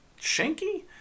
shanky